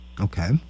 Okay